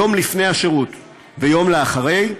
יום לפני השירות ויום אחרי כן,